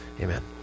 amen